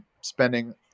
spending